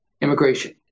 immigration